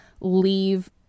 leave